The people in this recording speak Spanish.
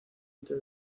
entre